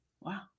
Wow